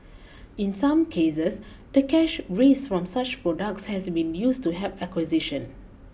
in some cases the cash raised from such products has been used to help acquisitions